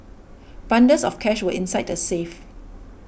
bundles of cash were inside the safe